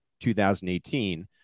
2018